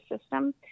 system